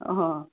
অঁ